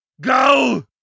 Go